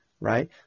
right